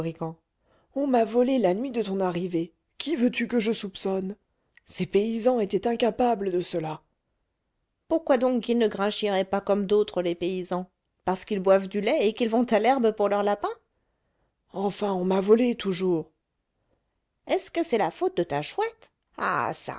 on m'a volé la nuit de ton arrivée qui veux-tu que je soupçonne ces paysans étaient incapables de cela pourquoi donc qu'ils ne grinchiraient pas comme d'autres les paysans parce qu'ils boivent du lait et qu'ils vont à l'herbe pour leurs lapins enfin on m'a volé toujours est-ce que c'est la faute de ta chouette ah